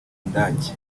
indake